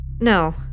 No